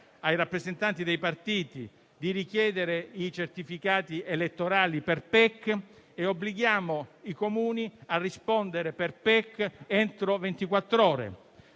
ai rappresentanti dei partiti di richiedere i certificati elettorali per PEC e obblighiamo i Comuni a rispondere per PEC entro